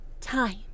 time